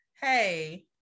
hey